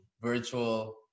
virtual